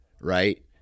right